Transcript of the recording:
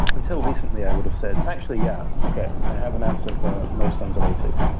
until recently, i would have said actually, yeah, okay. i have an answer for most underrated.